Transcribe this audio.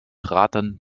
raten